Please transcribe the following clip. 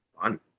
fun